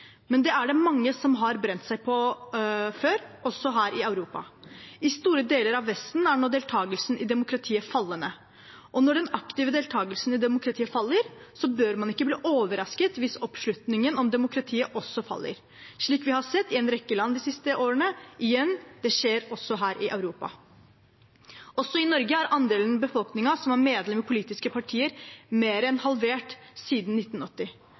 Men det er det mange som har brent seg på før, også her i Europa. I store deler av Vesten er nå deltagelsen i demokratiet fallende, og når den aktive deltagelsen i demokratiet faller, bør man ikke bli overrasket hvis oppslutningen om demokratiet også faller, slik vi har sett i en rekke land de siste årene. Igjen: Det skjer også her i Europa. I Norge er andelen av befolkningen som er medlem i politiske partier, mer enn halvert siden 1980.